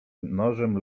nożem